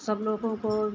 सब लोगों को